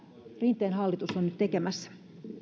rinteen hallitus on nyt tekemässä